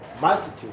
multitude